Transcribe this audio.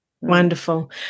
Wonderful